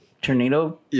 Tornado